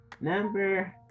Number